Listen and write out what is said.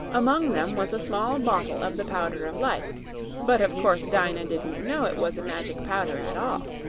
among them was a small bottle of the powder of life but of course dyna didn't know it was a magic powder, at all.